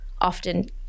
often